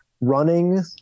running